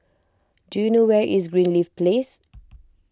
do you know where is Greenleaf Place